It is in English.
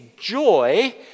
joy